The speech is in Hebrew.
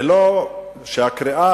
ולא שהקריאה,